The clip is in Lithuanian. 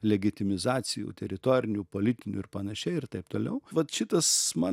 legetimizacijų teritorinių politinių ir panašiai ir taip toliau vat šitas man